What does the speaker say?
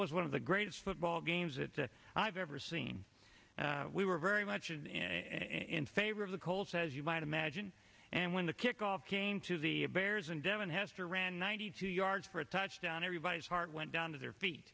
was one of the greatest football games that the i've ever seen and we were very much in favor of the colts as you might imagine and when the kickoff came to the bears and devon hester ran ninety two yards for a touchdown everybody's heart went down to their feet